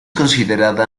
considerada